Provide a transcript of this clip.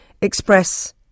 express